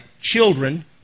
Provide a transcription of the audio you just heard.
children